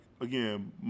again